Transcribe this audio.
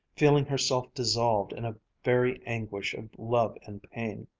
feeling herself dissolved in a very anguish of love and pain.